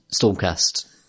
Stormcast